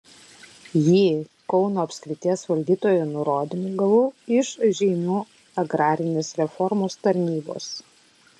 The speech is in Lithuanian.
jį kauno apskrities valdytojo nurodymu gavau iš žeimių agrarinės reformos tarnybos